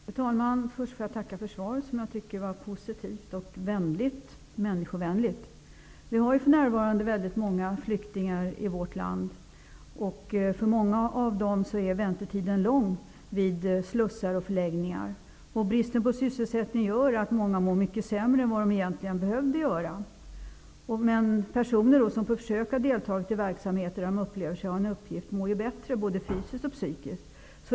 Fru talman! Först vill jag tacka för svaret, som jag tycker var positivt och människovänligt. Vi har ju för närvarande väldigt många flyktingar i vårt land. För många av dem är väntetiden lång vid slussar och förläggningar. Bristen på sysselsättning gör att många mår mycket sämre än de egentligen behöver göra. Personer som på försök har deltagit i verksamheter där de upplever sig ha en uppgift mår bättre både fysiskt och psykiskt.